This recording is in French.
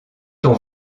ton